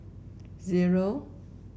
zero